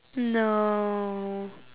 no